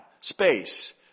space